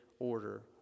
Order